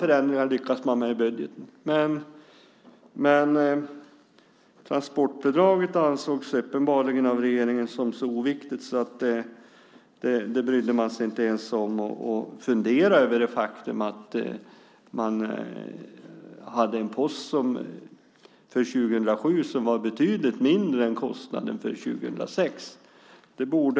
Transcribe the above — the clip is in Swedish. Regeringen lyckades genomföra enorma förändringar i budgeten, men transportbidraget ansågs uppenbarligen som så oviktigt att man inte ens brydde sig om att fundera över det faktum att det fanns en post för 2007 som var betydligt mindre än kostnaden för 2006.